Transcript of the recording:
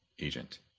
agent